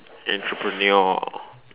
entrepreneur